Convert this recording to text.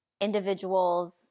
individuals